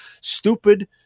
stupid